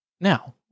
now